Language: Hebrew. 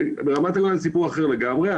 ברמת הגולן זה סיפור אחר לגמרי.